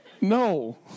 No